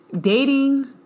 Dating